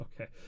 Okay